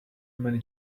many